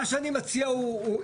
מה שאני מציע הוא ככה.